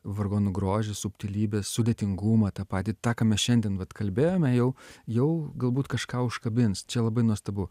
vargonų grožį subtilybes sudėtingumą tą patį tą ką mes šiandien vat kalbėjome jau jau galbūt kažką užkabins čia labai nuostabu